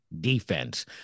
defense